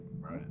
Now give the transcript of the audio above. Right